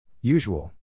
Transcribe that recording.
Usual